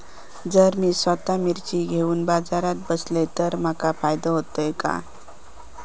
जर मी स्वतः मिर्ची घेवून बाजारात बसलय तर माका फायदो होयत काय?